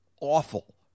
awful